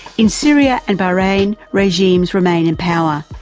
in syria and bahrain regimes remain in power,